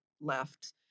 left